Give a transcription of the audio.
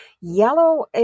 Yellow